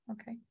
okay